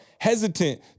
hesitant